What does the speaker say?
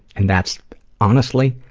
and that's honestly,